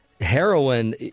heroin